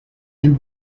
and